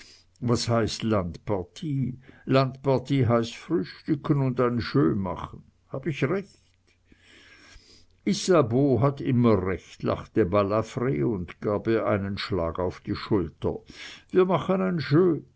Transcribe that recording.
was heißt landpartie landpartie heißt frühstücken und ein jeu machen hab ich recht isabeau hat immer recht lachte balafr und gab ihr einen schlag auf die schulter wir machen ein